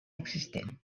existent